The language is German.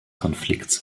konflikts